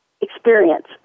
experience